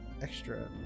Extra